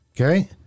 Okay